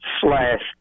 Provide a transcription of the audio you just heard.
slash